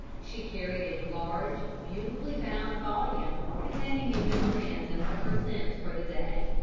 she carried a large, beautifully-bound volume containing a memorandum of her sins for the day.